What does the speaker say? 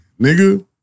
Nigga